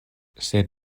sed